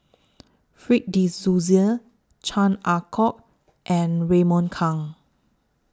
Fred De Souza Chan Ah Kow and Raymond Kang